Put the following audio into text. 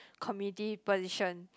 committee position